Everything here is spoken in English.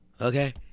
okay